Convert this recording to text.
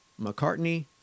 McCartney